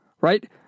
right